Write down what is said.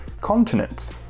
continents